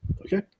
Okay